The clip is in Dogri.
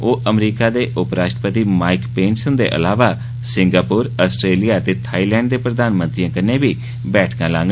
ओह् अमरीका दे उपराष्ट्रपति माईक पेन्स हुंदे अलावा सिंगापोर अस्ट्रेलिया ते थाईलैंड दे प्रधानमंत्रिएं कन्नै बी मीटिंगां करडन